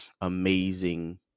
amazing